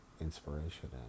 inspiration